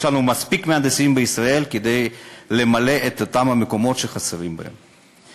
יש לנו מספיק מהנדסים בישראל כדי למלא את אותם המקומות שחסרים בהם.